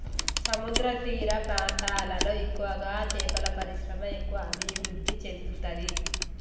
సముద్రతీర ప్రాంతాలలో ఎక్కువగా చేపల పరిశ్రమ ఎక్కువ అభివృద్ధి చెందుతది